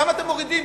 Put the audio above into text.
למה אתם מורידים,